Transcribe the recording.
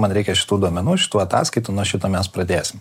man reikia šitų duomenų šitų ataskaitų nuo šito mes pradėsim